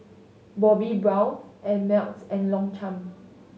Bobbi Brown Ameltz and Longchamp